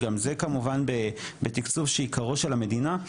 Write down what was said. שגם זה כמובן בתקצוב שעיקרו של המדינה,